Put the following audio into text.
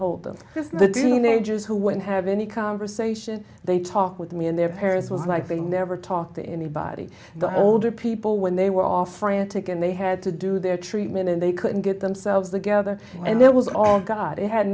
hold them let me hold them the teenagers who would have any conversation they talk with me and their parents were like they never talk to anybody the older people when they were off frantic and they had to do their treatment and they couldn't get themselves together and there was all god it had